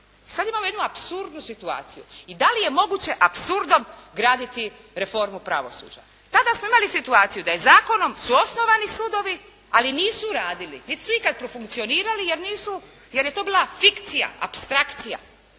Sad imamo jednu apsurdnu situaciju i da li je moguće apsurdom graditi reformu pravosuđa? Tada smo imali situaciju da zakonom su osnovani sudovi, ali nisu radili, niti su ikad profunkcionirali jer nisu, jer je to bila fikcija, apstrakcija,